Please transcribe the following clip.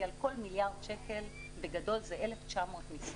על כל מיליארד שקל בגדול זה 1,900 משרות.